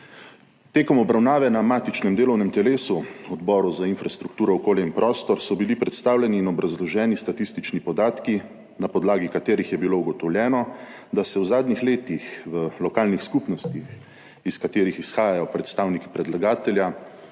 Med obravnavo na matičnem delovnem telesu, Odboru za infrastrukturo, okolje in prostor, so bili predstavljeni in obrazloženi statistični podatki, napodlagi katerih je bilo ugotovljeno, da se v zadnjih letih v lokalnih skupnostih, iz katerih izhajajo predstavniki predlagatelja,